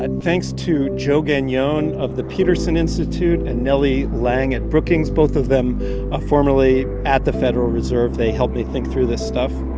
thanks to joe gagnon of the peterson institute and nellie liang at brookings, both of them ah formerly at the federal reserve. they helped me think through this stuff.